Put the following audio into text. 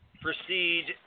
proceed